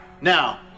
Now